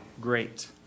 Great